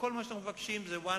כל מה שאנחנו מבקשים זה one